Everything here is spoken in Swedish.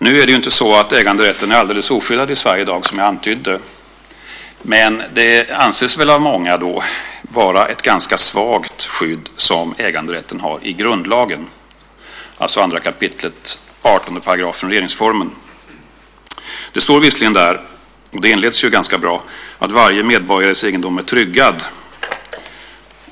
Som jag antydde är inte äganderätten alldeles oskyddad i Sverige i dag, men det anses av många vara ett ganska svagt skydd som äganderätten har i grundlagen, alltså i 2 kap. 18 § regeringsformen. Det står visserligen där - inledningen är ganska bra - att varje medborgares egendom är tryggad.